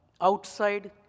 outside